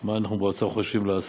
מה אנחנו באוצר חושבים לעשות.